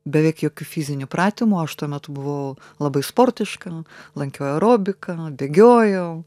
beveik jokių fizinių pratimų aš tuo metu buvau labai sportiška lankiau aerobiką bėgiojau